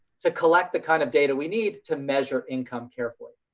to collect the kind of data we need to measure income care for it.